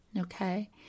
Okay